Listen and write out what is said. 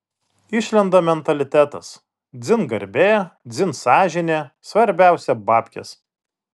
išlenda mentalitetas dzin garbė dzin sąžinė svarbiausia babkės